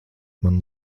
man